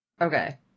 Okay